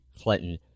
Clinton